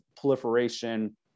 proliferation